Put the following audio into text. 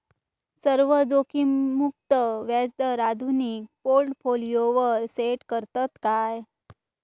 सर्व जोखीममुक्त व्याजदर आधुनिक पोर्टफोलियोवर सेट करतत काय?